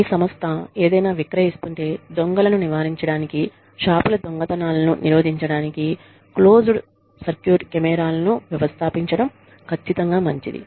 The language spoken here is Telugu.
మీ సంస్థ ఏదైనా విక్రయిస్తుంటే దొంగలను నివారించడానికి షాపుల దొంగతనాలను నిరోధించడానికి క్లోజ్డ్ సర్క్యూట్ కెమెరాలను వ్యవస్థాపించడం ఖచ్చితంగా మంచిది